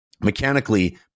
mechanically